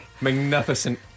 Magnificent